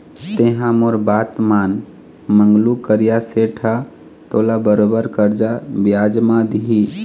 तेंहा मोर बात मान मंगलू करिया सेठ ह तोला बरोबर करजा बियाज म दिही